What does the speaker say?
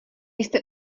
jste